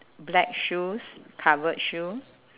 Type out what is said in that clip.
black shoes covered shoe